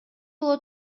боло